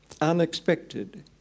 unexpected